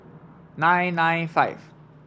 nine nine five